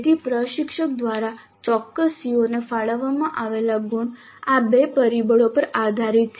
તેથી પ્રશિક્ષક દ્વારા ચોક્કસ CO ને ફાળવવામાં આવેલા ગુણ આ બે પરિબળો પર આધારિત છે